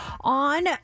on